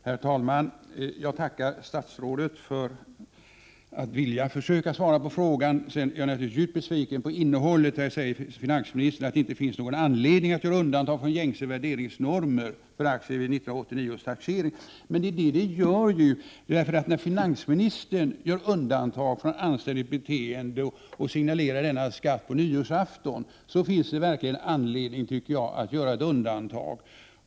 Herr talman! Jag tackar statsrådet för hans vänlighet att svara på frågan. 19 januari 1989 Däremot är jag naturligtvis djupt besviken över innehållet. Finansministern säger att det inte finns någon anledning att göra undantag från gängse värderingsnormer för aktier vid 1989 års taxering. Men det gör det! När finansministern gör undantag från anständigt beteende genom att signalera denna skatt på nyårsafton, tycker jag verkligen att det finns anledning att göra ett undantag.